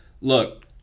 look